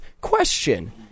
Question